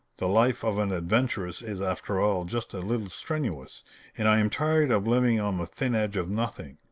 the life of an adventuress is, after all, just a little strenuous and i am tired of living on the thin edge of nothing.